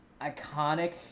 iconic